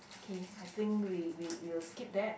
okay I think we we we'll skip that